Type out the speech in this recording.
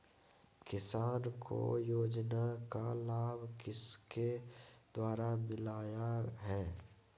किसान को योजना का लाभ किसके द्वारा मिलाया है?